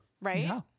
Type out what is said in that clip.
right